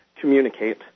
communicate